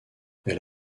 elle